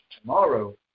tomorrow